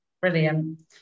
Brilliant